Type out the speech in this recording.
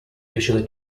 usually